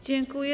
Dziękuję.